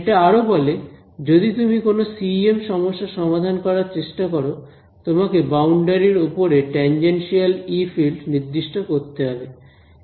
এটা আরও বলে যদি তুমি কোন সিইএম সমস্যা সমাধান করার চেষ্টা করো তোমাকে বাউন্ডারির ওপরে টেনজেনশিয়াল ই ফিল্ড নির্দিষ্ট করতে হবে